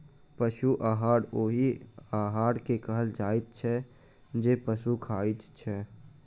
पशु आहार ओहि आहार के कहल जाइत छै जे पशु खाइत छै